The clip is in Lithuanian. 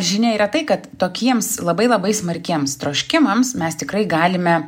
žinia yra tai kad tokiems labai labai smarkiems troškimams mes tikrai galime